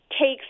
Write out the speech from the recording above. Takes